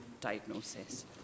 diagnosis